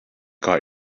caught